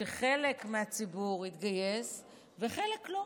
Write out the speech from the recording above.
שחלק מהציבור יתגייס וחלק לא,